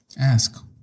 ask